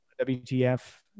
WTF